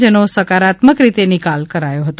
જેનો સકારાત્મક રીતે નિકાલ કરાયો હતો